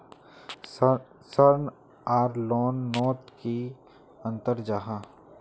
ऋण आर लोन नोत की अंतर जाहा?